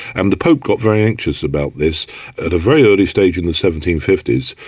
and the pope got very anxious about this at a very early stage in the seventeen fifty s,